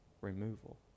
removal